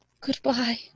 Goodbye